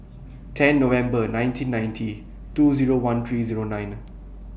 ten November nineteen ninety two Zero one three Zero nine